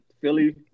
Philly